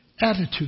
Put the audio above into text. attitude